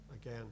again